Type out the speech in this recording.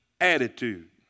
attitude